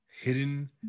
hidden